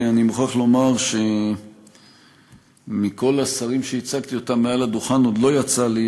אני מוכרח לומר שמכל השרים שייצגתי מעל הדוכן עוד לא יצא לי,